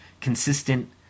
consistent